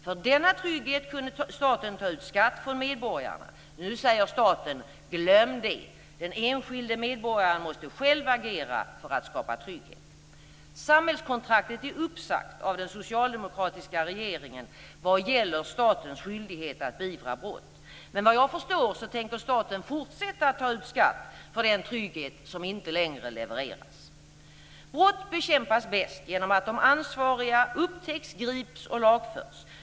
För denna trygghet kunde staten ta ut skatt från medborgarna. Nu säger staten, glöm det, den enskilde medborgaren måste själv agera för att skapa trygghet." Samhällskontraktet är uppsagt av den socialdemokratiska regeringen vad gäller statens skyldighet att beivra brott. Men vad jag förstår tänker staten fortsätta att ta ut skatt för den trygghet som inte längre levereras. Brott bekämpas bäst genom att de ansvariga upptäcks, grips och lagförs.